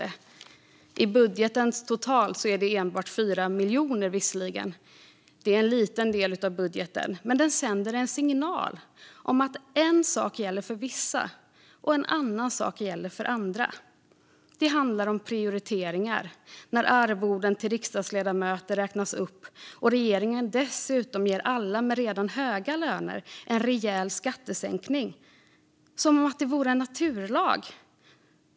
I den totala budgeten är det visserligen enbart 4 miljoner. Det är en liten del av budgeten. Men det sänder en signal om att en sak gäller för vissa och en annan sak för andra. Det handlar om prioriteringar när arvoden till riksdagsledamöter räknas upp och regeringen dessutom ger alla med redan höga löner en rejäl skattesänkning, som om det vore en naturlag.